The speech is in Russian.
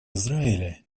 израиля